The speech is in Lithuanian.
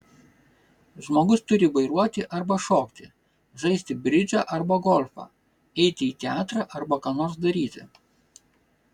žmogus turi vairuoti arba šokti žaisti bridžą arba golfą eiti į teatrą arba ką nors daryti